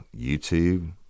YouTube